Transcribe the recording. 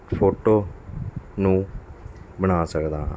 photo ਨੂੰ ਬਣਾ ਸਕਦਾ ਹਾਂ